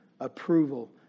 approval